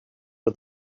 for